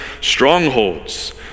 strongholds